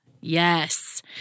Yes